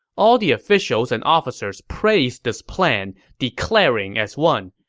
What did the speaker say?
all the officials and officers praised this plan, declaring as one,